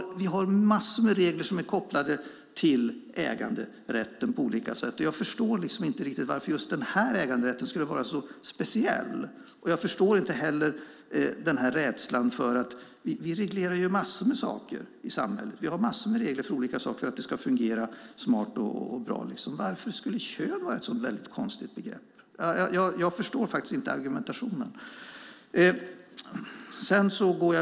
Det finns massor med regler som är kopplade till äganderätten på olika sätt, och jag förstår inte varför äganderätten just i det här fallet skulle vara så speciell. Jag förstår inte heller rädslan för en reglering. Vi reglerar ju massor med saker i samhället. Varför skulle kön vara ett så konstigt begrepp? Jag förstår faktiskt inte argumentationen.